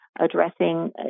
addressing